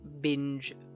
binge